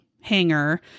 hanger